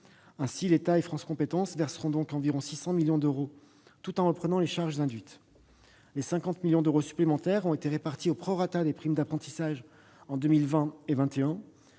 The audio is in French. même. L'État et France compétences verseront donc environ 600 millions d'euros aux régions, tout en reprenant les charges induites. Les 50 millions d'euros supplémentaires ont été répartis au prorata des primes d'apprentissage en 2020 et 2021,